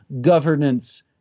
governance